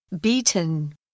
beaten